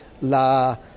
La